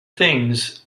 things